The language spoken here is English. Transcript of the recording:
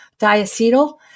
diacetyl